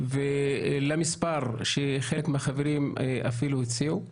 למספר שחלק מהחברים אפילו הציעו,